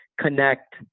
connect